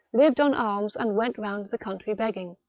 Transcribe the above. lived on alms, and went round the country begging.